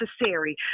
necessary